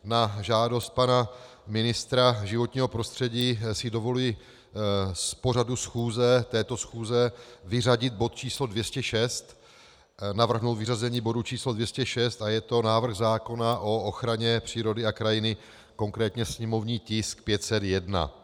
Na žádost pana ministra životního prostředí si dovoluji z pořadu této schůze vyřadit bod č. 206, navrhnout vyřazení bodu 206, je to návrh zákona o ochraně přírody a krajiny, konkrétně sněmovní tisk 501.